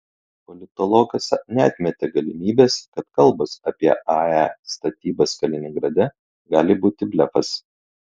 politologas neatmetė galimybės kad kalbos apie ae statybas kaliningrade gali būti blefas